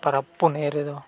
ᱯᱚᱨᱚᱵᱽ ᱯᱩᱱᱟᱹᱭ ᱨᱮᱫᱚ